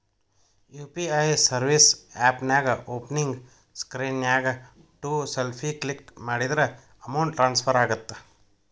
UPI service ಆಪ್ನ್ಯಾಓಪನಿಂಗ್ ಸ್ಕ್ರೇನ್ನ್ಯಾಗ to self click ಮಾಡಿದ್ರ ಅಮೌಂಟ್ ಟ್ರಾನ್ಸ್ಫರ್ ಆಗತ್ತ